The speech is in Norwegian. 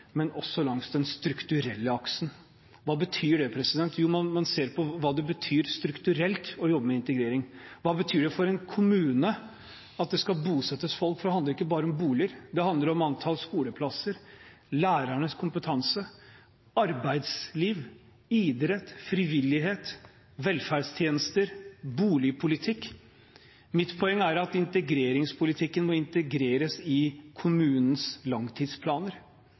men også langs den strukturelle aksen. Hva betyr det? Jo, man ser på hva det betyr strukturelt å jobbe med integrering. Hva betyr det for en kommune, at det skal bosettes folk? Det handler ikke bare om boliger. Det handler om antall skoleplasser, lærernes kompetanse, arbeidsliv, idrett, frivillighet, velferdstjenester og boligpolitikk. Mitt poeng er at integreringspolitikken må integreres i kommunens langtidsplaner.